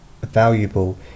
valuable